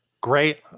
Great